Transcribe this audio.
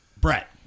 brett